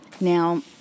Now